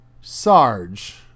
Sarge